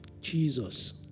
Jesus